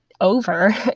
over